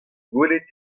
gwelet